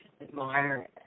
Admire